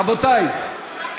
רבותיי,